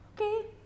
Okay